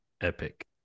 epic